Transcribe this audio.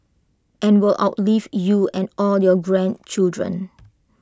and will outlive you and all your grandchildren